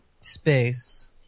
space